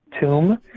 tomb